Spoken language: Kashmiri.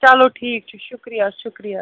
چلو ٹھیٖک چھُ شُکریہ شُکریہ